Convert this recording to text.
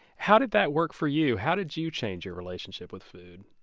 how did that work for you? how did you change your relationship with food?